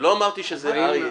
ולא אמרתי שזה אריה.